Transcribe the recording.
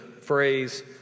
phrase